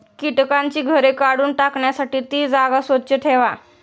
कीटकांची घरे काढून टाकण्यासाठी ती जागा स्वच्छ ठेवा